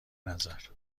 نظر